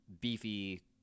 beefy